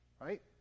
Right